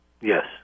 Yes